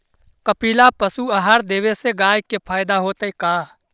कपिला पशु आहार देवे से गाय के फायदा होतै का?